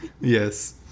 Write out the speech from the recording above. Yes